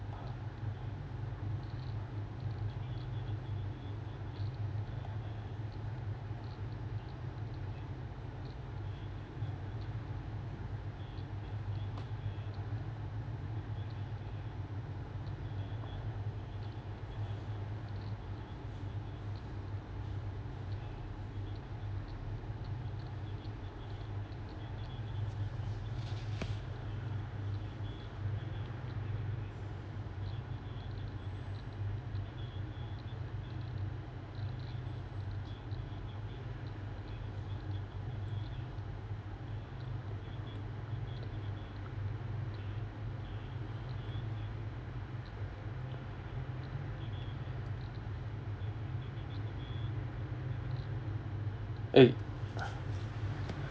eh